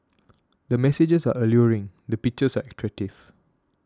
the messages are alluring the pictures are attractive